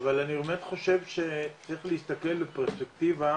באמת חושב שצריך להסתכל בפרספקטיבה